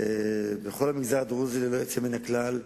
לכל המגזר הדרוזי, ללא יוצא מן הכלל,